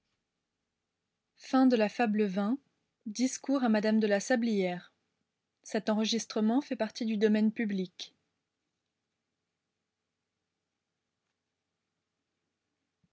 dans l'ingénieuse madame de la sablière